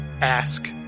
ask